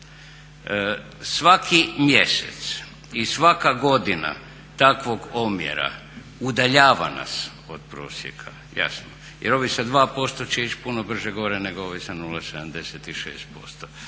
Svaki mjesec i svaka godina takvog omjera udaljava nas od prosjeka jasno jer ovi sa 2% će ići puno brže gore nego ovi sa 0,76%.